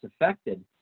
affected